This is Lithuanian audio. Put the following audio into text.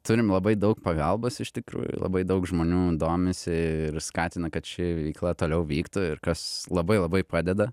turim labai daug pagalbos iš tikrųjų labai daug žmonių domisi ir skatina kad ši veikla toliau vyktų ir kas labai labai padeda